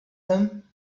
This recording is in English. him